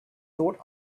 thought